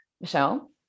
Michelle